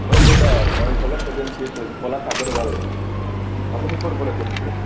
হয় দাদা মই পলাশ এজেন্সিয়ে পলাশ আগৰৱাল আপুনি ক'ৰ পৰা কৰিছে